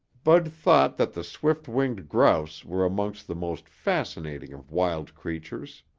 bud thought that the swift-winged grouse were among the most fascinating of wild creatures.